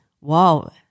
wow